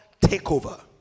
takeover